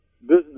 business